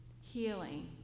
healing